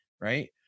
Right